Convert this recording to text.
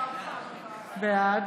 בעד